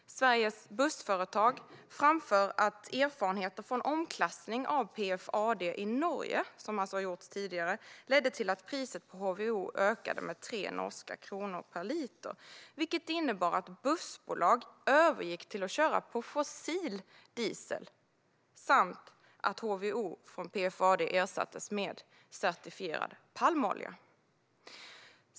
Sveriges Bussföretag framför att omklassning av PFAD i Norge, som alltså har gjorts tidigare, ledde till att priset på HVO ökade med 3 norska kronor per liter. Det ledde till att bussbolag övergick till att köra på fossil diesel samt att HVO från PFAD ersattes med certifierad palmolja.